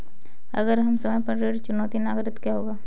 अगर हम समय पर ऋण चुकौती न करें तो क्या होगा?